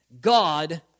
God